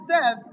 says